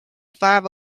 five